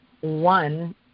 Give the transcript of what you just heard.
One